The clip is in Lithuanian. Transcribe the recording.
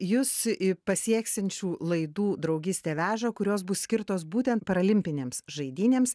jus į pasieksiančių laidų draugystė veža kurios bus skirtos būtent parolimpinėms žaidynėms